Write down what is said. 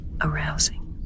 Arousing